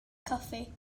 goffi